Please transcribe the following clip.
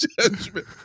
Judgment